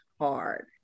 hard